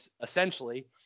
essentially